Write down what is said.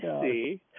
see